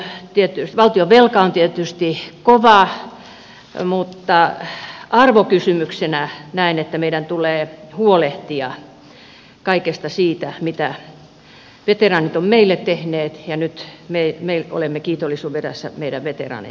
tiukassa taloustilanteessakin valtionvelka on tietysti kova arvokysymyksenä näen että meidän tulee huolehtia kaikesta siitä mitä veteraanit ovat meille tehneet ja nyt me olemme kiitollisuudenvelassa meidän veteraanejamme kohtaan